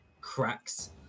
cracks